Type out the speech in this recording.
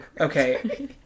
Okay